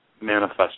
manifest